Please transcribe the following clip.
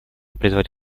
призвать